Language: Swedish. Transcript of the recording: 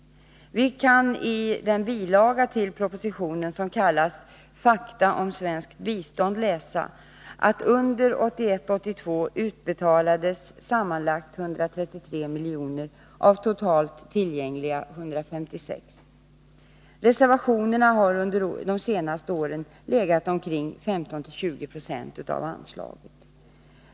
Vi kan i bil. 5 till propositionen under rubriken Fakta om svenskt bistånd läsa, att det under 1981/82 utbetalades sammanlagt 133 miljoner av totalt tillgängliga 156 miljoner. Reservationernas krav har under de senaste åren legat på 15-20 26 av anslaget.